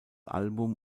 album